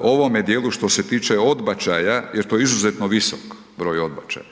ovome djelu što se tiče odbačaja jer to je izuzetno visok broj odbačaja.